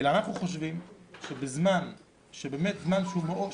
אלא אנחנו חושבים שבזמן שבאמת זמן שהוא מאוד,